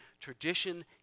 tradition